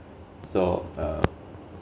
so uh